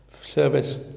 service